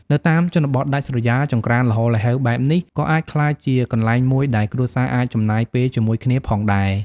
នៅតាមជនបទដាច់ស្រយាល ចង្រ្កានល្ហល្ហេវបែបនេះក៏អាចក្លាយជាកន្លែងមួយដែលគ្រួសារអាចចំណាយពេលជាមួយគ្នាផងដែរ។